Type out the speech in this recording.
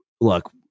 look